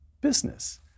business